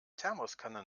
thermoskanne